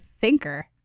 thinker